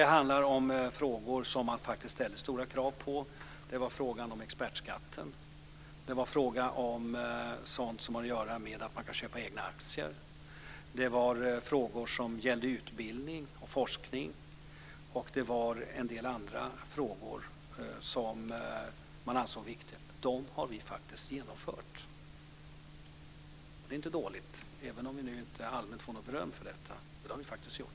Det handlar om frågor där det ställs stora krav som frågan om expertskatten, sådant som har att göra med att man kan köpa egna aktier, frågor som gäller utbildning och forskning och en del andra frågor som man ansåg viktiga. Dessa krav har vi faktiskt genomfört. Det är inte dåligt, även om vi nu inte allmänt får något beröm för detta. Men det här har vi faktiskt gjort.